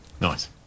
Nice